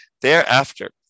Thereafter